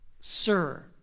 Sir